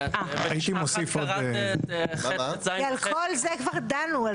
על כל זה כבר דנו.